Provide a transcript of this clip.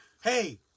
hey